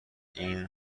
این